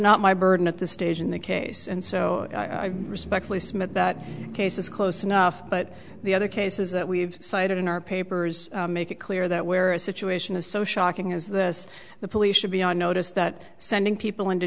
not my burden at this stage in the case and so i respectfully submit that case is close enough but the other cases that we've cited in our papers make it clear that where a situation is so shocking is this the police should be on notice that sending people into